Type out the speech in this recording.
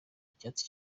icyatsi